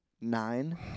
Nine